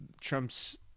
Trump's